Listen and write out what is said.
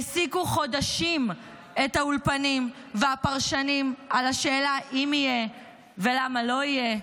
העסיקו חודשים את האולפנים והפרשנים על השאלה אם יהיה ולמה לא יהיה,